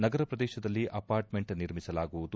ನಗರ ಪ್ರದೇಶದಲ್ಲಿ ಅಪಾರ್ಟ್ಮೆಂಟ್ ನಿರ್ಮಿಸಲಾಗುವುದು